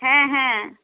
হ্যাঁ হ্যাঁ